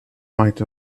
might